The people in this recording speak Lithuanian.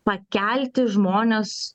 pakelti žmones